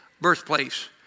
birthplace